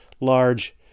large